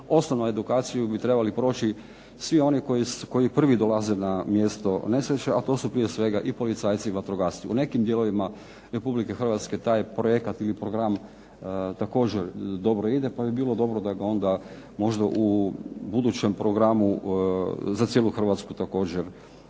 osnovnu edukaciju bi trebali proći svi oni koji prvi dolaze na mjesto nesreće, a to su prije svega i policajci i vatrogasci. U nekim dijelovima Republike Hrvatske taj je projekat ili program također dobro ide, pa bi bilo dobro da ga onda možda u budućem programu za cijelu Hrvatsku također